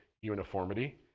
uniformity